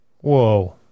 Whoa